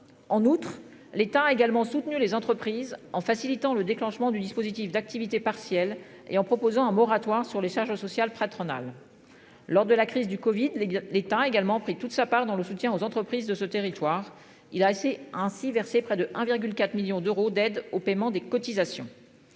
En outre, l'État a également soutenu les entreprises en facilitant le déclenchement du dispositif d'activité partielle et en proposant un moratoire sur les charges sociales patronales. Lors de la crise du Covid, les, l'État a également pris toute sa part dans le soutien aux entreprises de ce territoire. Il a assez ainsi verser près de 1,4 millions d'euros d'aide au paiement des cotisations.